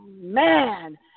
man